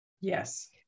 Yes